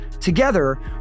Together